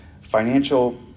Financial